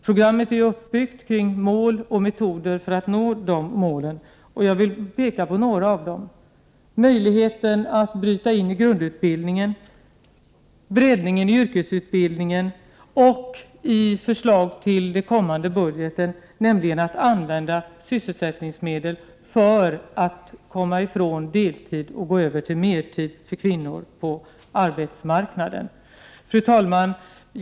Programmet är uppbyggt kring mål och metoder för att uppnå de målen, och jag vill peka på några av dem: möjligheten att bryta in i grundutbildningen, breddning av yrkesutbildningen och — i förslag till den kommande budgeten — användning av sysselsättnings medel för att komma ifrån deltid och gå över till mertid för kvinnor på Prot. 1988/89:60 arbetsmarknaden. 2 februari 1989 Fru talman!